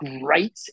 great